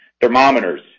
thermometers